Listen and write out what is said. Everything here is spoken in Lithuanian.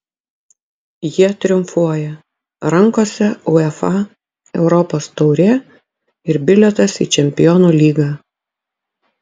jie triumfuoja rankose uefa europos taurė ir bilietas į čempionų lygą